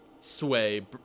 sway